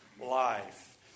life